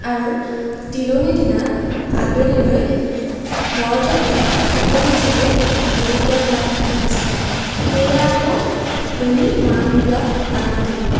আৰু তিলনী দিনা আবেলিলৈ বৰতত থকা সকলো লোকে বৰতিয়া ভাত এসাঁজ খাই সেইয়া আকৌ বেলি মাৰ নোযোৱা আগতে